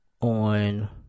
On